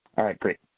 all right, great.